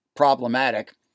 Problematic